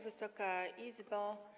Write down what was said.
Wysoka Izbo!